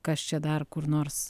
kas čia dar kur nors